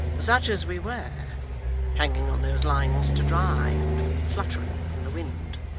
such as we wear hanging on those lines to dry, and fluttering in the wind